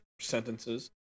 sentences